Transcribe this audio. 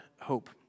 hope